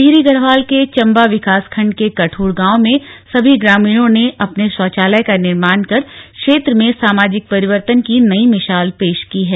टिहरी गढ़वाल के चंबा विकासखण्ड के कदूड़ गांव में सभी ग्रामीणों ने अपने शौचालय का निर्माण कर क्षेत्र में सामाजिक परिवर्तन की नई मिशाल पेश की है